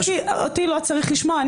אותי לא צריך לשמוע,